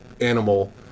animal